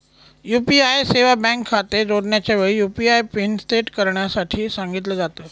UPI सेवा bank खाते जोडण्याच्या वेळी, यु.पी.आय पिन सेट करण्यासाठी सांगितल जात